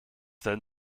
then